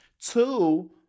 Two